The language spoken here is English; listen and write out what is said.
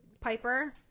Piper